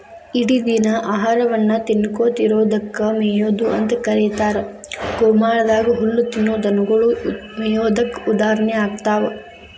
ಇಡಿದಿನ ಆಹಾರವನ್ನ ತಿನ್ನಕೋತ ಇರೋದಕ್ಕ ಮೇಯೊದು ಅಂತ ಕರೇತಾರ, ಗೋಮಾಳದಾಗ ಹುಲ್ಲ ತಿನ್ನೋ ದನಗೊಳು ಮೇಯೋದಕ್ಕ ಉದಾಹರಣೆ ಆಗ್ತಾವ